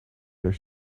their